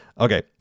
Okay